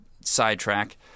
sidetrack